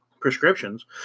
prescriptions